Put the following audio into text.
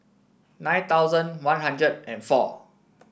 nine thousand One Hundred and four